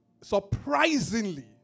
surprisingly